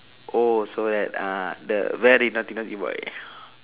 oh so that uh the very naughty naughty boy